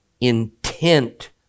intent